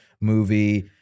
movie